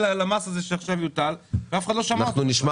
--- יש בסך הכול מפעל אחד ואף אחד לא שמע אותו.